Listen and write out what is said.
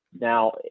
Now